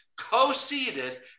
co-seated